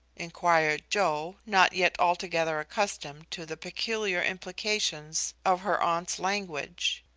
inquired joe, not yet altogether accustomed to the peculiar implications of her aunt's language.